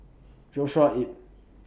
Joshua Ip